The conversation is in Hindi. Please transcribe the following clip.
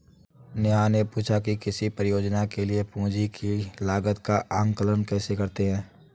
नेहा ने पूछा कि किसी परियोजना के लिए पूंजी की लागत का आंकलन कैसे करते हैं?